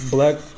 Black